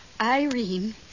Irene